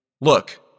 Look